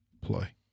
play